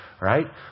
Right